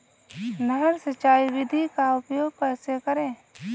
नहर सिंचाई विधि का उपयोग कैसे करें?